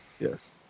Yes